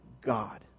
God